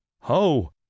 Ho